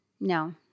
no